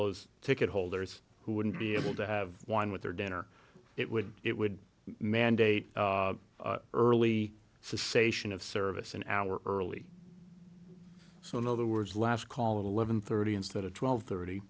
those ticket holders who wouldn't be able to have wine with their dinner it would it would mandate early sation of service an hour early so in other words last call it eleven thirty instead of twelve thirty